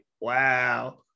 Wow